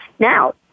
Now